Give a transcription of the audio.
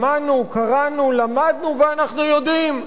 שמענו, קראנו, למדנו ואנחנו יודעים.